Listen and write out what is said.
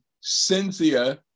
Cynthia